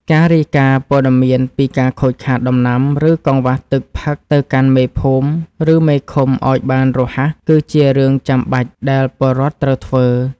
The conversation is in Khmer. ការរាយការណ៍ព័ត៌មានពីការខូចខាតដំណាំ ឬកង្វះទឹកផឹកទៅកាន់មេភូមិ ឬមេឃុំឱ្យបានរហ័សគឺជារឿងចាំបាច់ដែលពលរដ្ឋត្រូវធ្វើ។